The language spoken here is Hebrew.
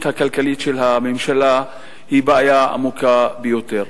הכלכלית של הממשלה היא בעיה עמוקה ביותר.